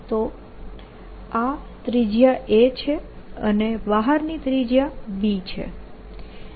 તો આ ત્રિજ્યા a છે અને બહારની ત્રિજ્યા b છે